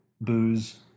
booze